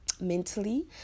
mentally